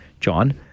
John